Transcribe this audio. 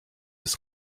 ist